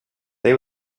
they